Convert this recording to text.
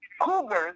cougars